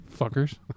Fuckers